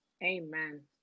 Amen